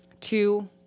Two